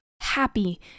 happy